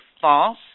false